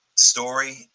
Story